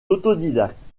autodidacte